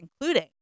including